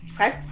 Okay